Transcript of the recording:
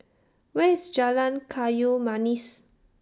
Where IS Jalan Kayu Manis